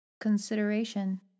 consideration